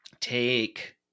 take